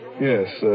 yes